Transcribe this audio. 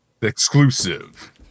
Exclusive